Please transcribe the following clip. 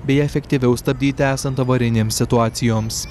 bei efektyviau stabdyti esant avarinėms situacijoms